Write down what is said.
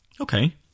Okay